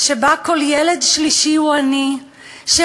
שבה כל ילד שלישי הוא ילד עני,